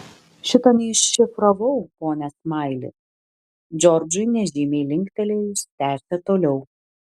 šito neiššifravau pone smaili džordžui nežymiai linktelėjus tęsė toliau